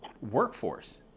workforce